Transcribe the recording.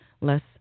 less